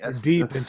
Deep